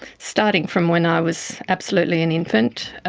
starting from when i was absolutely an infant,